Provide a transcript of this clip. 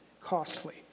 costly